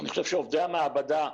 אני חושב שעובדי המעבדה,